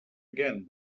again